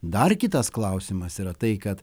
dar kitas klausimas yra tai kad